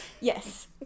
Yes